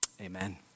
Amen